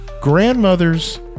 grandmother's